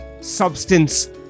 substance